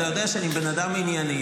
אתה יודע שאני בן אדם ענייני,